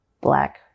Black